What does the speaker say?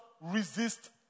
resist